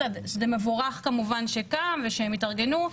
שזה מבורך כמובן שקם ועד ושהם התארגנו.